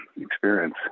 experience